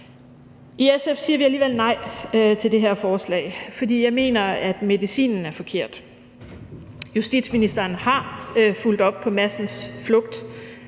I SF siger vi alligevel nej til det her forslag, for jeg mener, at medicinen er forkert. Justitsministeren har fulgt op på Peter Madsens flugt.